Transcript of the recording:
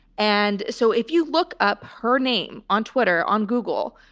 and so if you look up her name on twitter, on google,